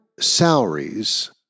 salaries